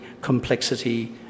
complexity